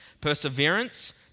perseverance